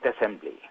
assembly